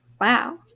Wow